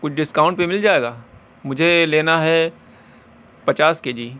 کچھ ڈسکاؤنٹ پہ مل جائے گا مجھے لینا ہے پچاس کے جی